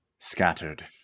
Scattered